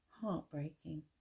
heartbreaking